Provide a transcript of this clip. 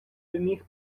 прямых